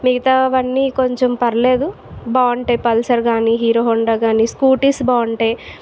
మిగితావన్నీ కొంచెం పర్లేదు బాగుంటాయి పల్సర్ కానీ హీరో హోండా కానీ స్కూటీస్ బాగుంటాయి